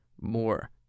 More